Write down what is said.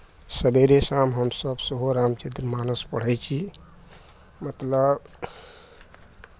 सवेरे शाम हमसभ सेहो राम चरित मानस पढ़ै छी मतलब